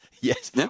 Yes